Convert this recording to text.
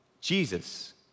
Jesus